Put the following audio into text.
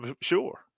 sure